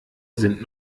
sind